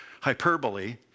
hyperbole